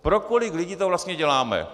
Pro kolik lidí to vlastně děláme?